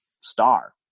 star